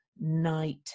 night